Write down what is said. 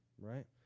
Right